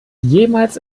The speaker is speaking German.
jemals